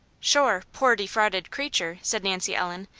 sure! poor defrauded creature! said nancy ellen.